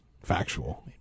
factual